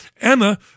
Emma